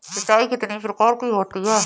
सिंचाई कितनी प्रकार की होती हैं?